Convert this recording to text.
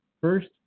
First